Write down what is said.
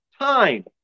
time